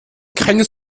keine